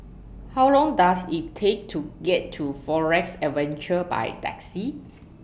How Long Does IT Take to get to Forest Adventure By Taxi